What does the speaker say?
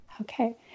Okay